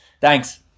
Thanks